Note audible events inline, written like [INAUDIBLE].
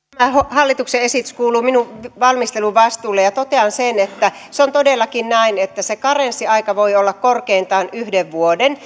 hallituksen esitys kuuluu minun valmisteluvastuulleni ja totean että on todellakin näin että se karenssiaika voi olla korkeintaan yhden vuoden [UNINTELLIGIBLE]